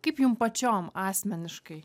kaip jum pačiom asmeniškai